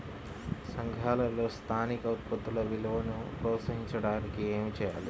సంఘాలలో స్థానిక ఉత్పత్తుల విలువను ప్రోత్సహించడానికి ఏమి చేయాలి?